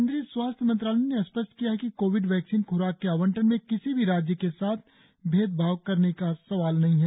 केंद्रीय स्वास्थ्य मंत्रालय ने स्पष्ट किया है कि कोविड वैक्सीन ख्राक के आवंटन में किसी भी राज्य के साथ भेदभाव करने का सवाल नहीं हैं